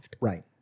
right